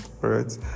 right